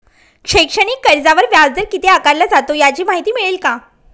शैक्षणिक कर्जावर व्याजदर किती आकारला जातो? याची माहिती मिळेल का?